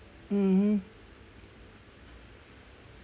mmhmm